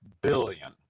billion